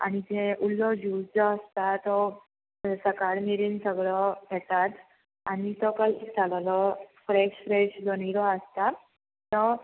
आनी ते उल्लो जूस जो आसता तो सकाळ मेरेन सगळो येतात आनी तो कशालो फ्रेश फ्रेश जो निरो आसता तो